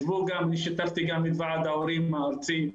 שיתפתי גם את ועד ההורים הארצי.